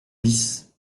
bis